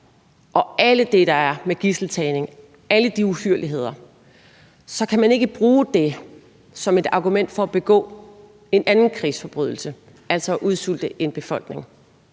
og alt det, der er med gidseltagning – alle de uhyrligheder – så kan man ikke bruge det som et argument for at begå en anden krigsforbrydelse, altså at udsulte en befolkning.